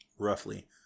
Roughly